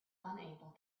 unable